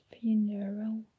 funeral